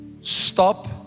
Stop